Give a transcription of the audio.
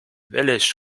ولش